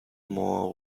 more